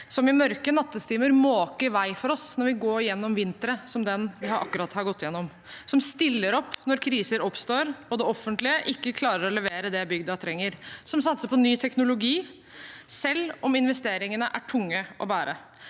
som i mørke nattetimer måker vei for oss når vi går gjennom vintre som den vi akkurat har gått gjennom, som stiller opp når kriser oppstår og det offentlige ikke klarer å levere det bygda trenger, og som satser på ny teknologi, selv om investeringene er tunge å bære.